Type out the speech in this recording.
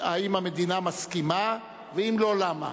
אם המדינה מסכימה, ואם לא, למה.